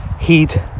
Heat